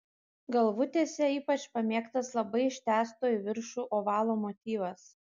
galvutėse ypač pamėgtas labai ištęsto į viršų ovalo motyvas